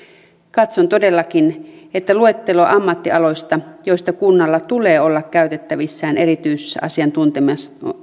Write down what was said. katson todellakin että luettelo ammattialoista joista kunnalla tulee olla käytettävissään erityisasiantuntemusta